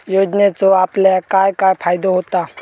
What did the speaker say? योजनेचो आपल्याक काय काय फायदो होता?